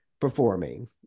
performing